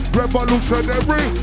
revolutionary